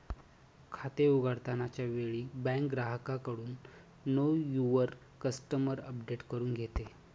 खाते उघडताना च्या वेळी बँक ग्राहकाकडून नो युवर कस्टमर अपडेट करून घेते